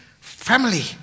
family